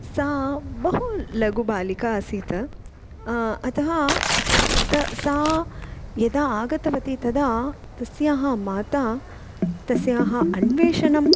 सा बहु लघुबालिका आसीत् अतः त सा यदा आगतवती तदा तस्याः माता तस्याः अन्वेषणम्